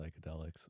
psychedelics